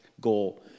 goal